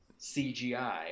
cgi